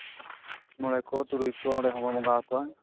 ᱢᱚᱬᱮ ᱠᱚ ᱛᱩᱨᱩᱭ ᱠᱚ ᱚᱸᱰᱮ ᱦᱚᱸᱵᱚ ᱵᱚᱸᱜᱟ ᱦᱟᱠᱚᱣᱟ